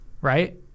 right